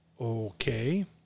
okay